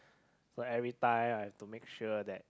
so every time I have to make sure that